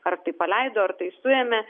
ar tai paleido ar tai suėmė